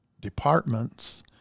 departments